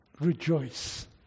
Rejoice